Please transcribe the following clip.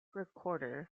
recorder